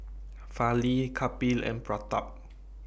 Fali Kapil and Pratap